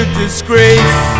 disgrace